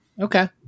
Okay